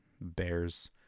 Bears